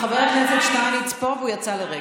חבר הכנסת שטייניץ פה, והוא יצא לרגע.